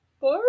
Four